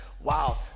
wow